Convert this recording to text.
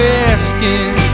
asking